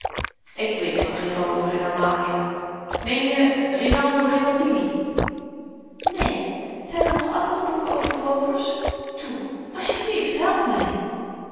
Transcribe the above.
ik weet van geen roover en amalia meen je rinaldo rinaldini neen zyn er nog andere boeken over roovers toe asjeblieft help my